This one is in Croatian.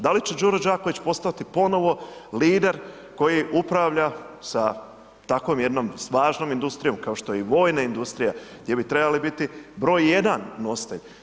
Da li će Đuro Đaković postati ponovo lider koji upravlja sa takvom jednom snažnom industrijom kao što je i vojna industrija, gdje bi trebali biti broj jedan nositelj?